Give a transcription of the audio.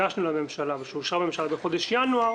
שהגשנו לממשלה ואושרה בממשלה בחודש ינואר,